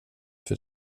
för